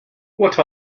what